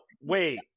wait